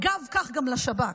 אגב כך גם לשב"כ: